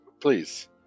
please